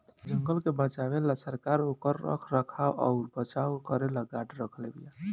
जंगल के बचावे ला सरकार ओकर रख रखाव अउर बचाव करेला गार्ड रखले बिया